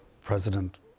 President